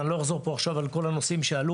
אני לא אחזור פה עכשיו על כל הנושאים שעלו,